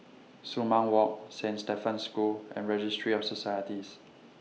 Sumang Walk Saint Stephen's School and Registry of Societies